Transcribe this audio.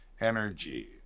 energy